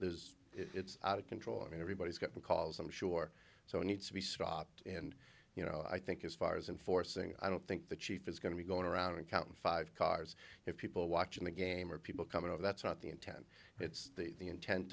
there is it's out of control i mean everybody's got because i'm sure so it needs to be stopped and you know i think as far as enforcing i don't think the chief is going to be going around and count five cars if people watching the game or people coming over that's not the intent it's the inten